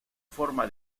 forma